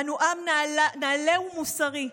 אנו עם נעלה ומוסרי,